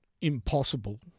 impossible